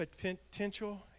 potential